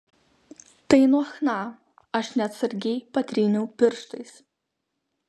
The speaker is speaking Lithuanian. tai nuo chna aš neatsargiai patryniau pirštais